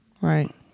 Right